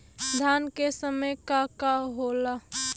धान के समय का का होला?